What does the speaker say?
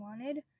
wanted